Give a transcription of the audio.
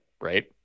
right